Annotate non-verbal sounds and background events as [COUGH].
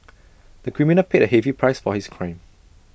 [NOISE] the criminal paid A heavy price for his crime